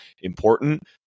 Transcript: important